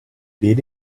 did